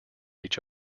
each